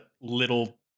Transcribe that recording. little